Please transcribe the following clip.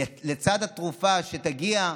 לצד התרופה שתגיע,